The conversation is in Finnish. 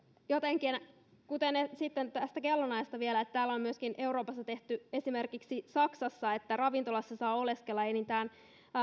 jotenkin sitten tästä kellonajasta vielä että täällä euroopassa on myöskin tehty esimerkiksi saksassa niin että ravintolassa saa oleskella enintään